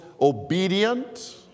obedient